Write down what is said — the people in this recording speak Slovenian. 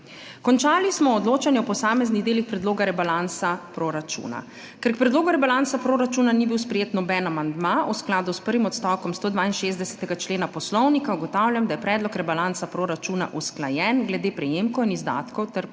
Končali smo odločanje o posameznih delih predloga rebalansa proračuna. Ker k predlogu rebalansa proračuna ni bil sprejet noben amandma v skladu s prvim odstavkom 162. člena Poslovnika ugotavljam, da je predlog rebalansa proračuna usklajen glede prejemkov in izdatkov ter po delih.